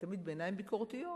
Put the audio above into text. תמיד בעיניים ביקורתיות,